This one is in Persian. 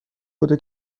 بوده